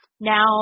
now